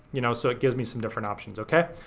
you know, so it gives me some different options, okay?